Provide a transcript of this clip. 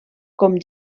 com